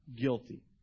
guilty